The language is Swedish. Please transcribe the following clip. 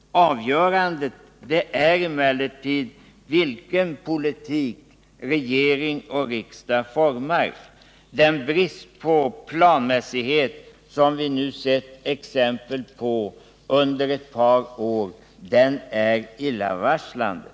Avgörande är emellertid vilken politik regering och riksdag formar. Den brist på planmässighet som vi nu sett exempel på under ett par år är illavarslande.